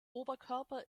oberkörper